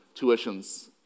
tuitions